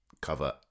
cover